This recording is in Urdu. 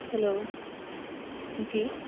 ہلو جی